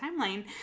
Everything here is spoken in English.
timeline